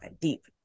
deep